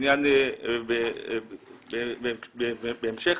בהמשך